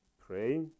pray